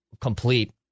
complete